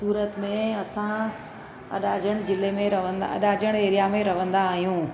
सूरत में असां अॾाजड़ जिले अॾाजड़ एरिया में रहंदा आहियूं